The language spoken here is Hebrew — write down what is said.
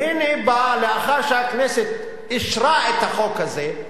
והנה, לאחר שהכנסת אישרה את החוק הזה,